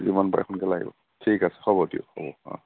যিমান পাৰে সোনকালে আহিব ঠিক আছে হ'ব দিয়ক হ'ব অঁ